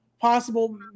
possible